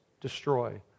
destroy